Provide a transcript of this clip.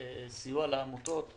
סיוע לעמותות,